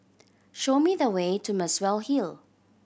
show me the way to Muswell Hill